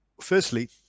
firstly